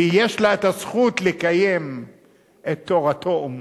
שיש לה את הזכות לקיים את "תורתו אומנותו".